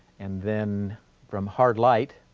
and then from hard light,